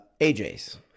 AJ's